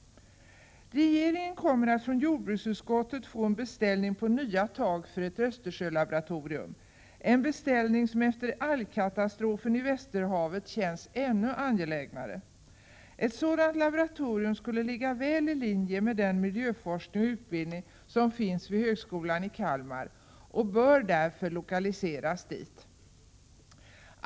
Regeringen kommer att från jordbruksutskottet få en beställning på nya tag för ett Östersjölaboratorium — en beställning som efter algkatastrofen i Västerhavet känns ännu angelägnare. Ett sådant laboratorium skulle ligga väl i linje med den miljöforskning och utbildning som finns vid högskolan i Kalmar och bör därför lokaliseras dit.